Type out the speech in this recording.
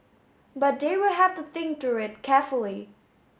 but they will have to think through it carefully